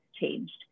changed